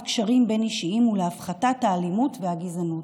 קשרים בין-אישיים ולהפחתת האלימות והגזענות.